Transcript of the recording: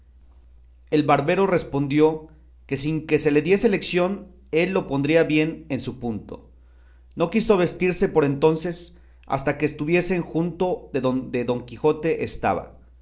el barbero respondió que sin que se le diese lición él lo pondría bien en su punto no quiso vestirse por entonces hasta que estuviesen junto de donde don quijote estaba